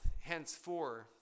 henceforth